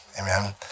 Amen